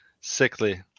Sickly